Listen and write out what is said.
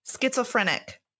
schizophrenic